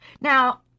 Now